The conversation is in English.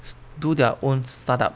do their own startup